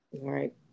Right